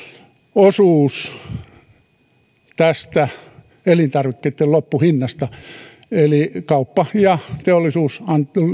osuus elintarvikkeitten loppuhinnasta eli kauppa ja teollisuus